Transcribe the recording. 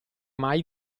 mai